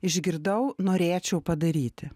išgirdau norėčiau padaryti